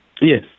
Yes